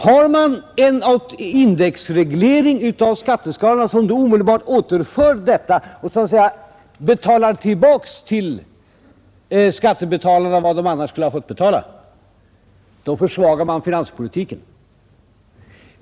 Har man en indexreglering av skatteskalorna, som omedelbart så att säga betalar tillbaka till skattebetalarna vad de annars skulle ha varit tvungna att betala i skatt, försvagas finanspolitiken.